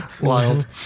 Wild